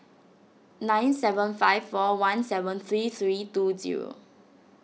nine seven five four one seven three three two zero